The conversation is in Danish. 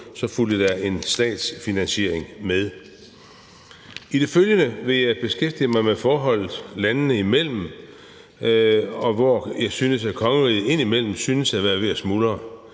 fulgte der en statsfinansiering med. I det følgende vil jeg beskæftige mig med forholdet landene imellem, og hvor jeg synes kongeriget indimellem synes at være ved at smuldre.